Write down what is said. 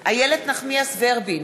איילת נחמיאס ורבין,